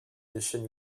déchets